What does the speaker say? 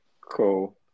cool